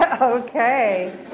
Okay